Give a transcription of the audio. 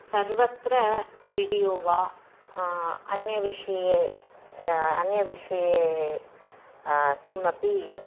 सर्वत्र विडियो वा अन्यविषये अन्यविषये किमपि